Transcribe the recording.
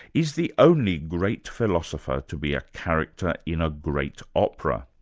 is the only great philosopher to be a character in a great opera.